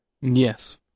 Yes